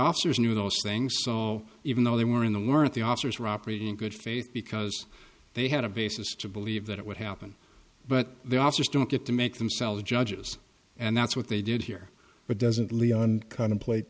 officers knew those things even though they were in the weren't the officers were operating in good faith because they had a basis to believe that it would happen but they also don't get to make themselves judges and that's what they did here but doesn't leon contemplate